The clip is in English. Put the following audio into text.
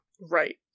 Right